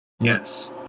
Yes